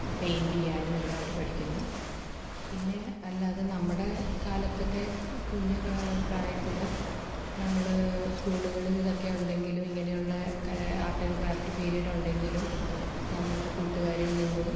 ഇപ്പോൾ പേയിന്റ് ചെയ്യാനുമെല്ലാം അവർ പഠിക്കുന്നു പിന്നെ അല്ലാതെ നമ്മുടെ കാലത്തക്കെ കുഞ്ഞ്ക പ്രായത്തിൽ നമ്മൾ സ്കൂളുകളിലിതൊക്കെ ഉണ്ടെങ്കിലും ഇങ്ങനെയുള്ള കര ആര്ട്ടാന് ക്രാഫ്റ്റ് പീരിടുണ്ടെങ്കിലും നമ്മൾ കൂട്ടുകാരില് നിന്നും